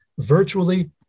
virtually